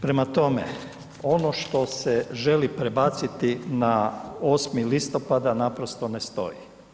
Prema tome, ono što se želi prebaciti na 8. listopada naprosto ne stoji.